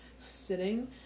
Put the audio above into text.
sitting